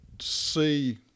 see